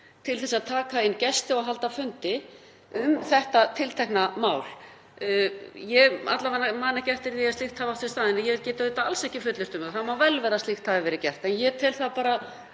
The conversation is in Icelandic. til að taka inn gesti og halda fundi um þetta tiltekna mál. Ég man alla vega ekki eftir því að slíkt hafi átt sér stað, en ég get auðvitað alls ekki fullyrt um það. Það má vel vera að slíkt hafi verið gert en ég tel bara